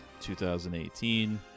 2018